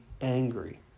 angry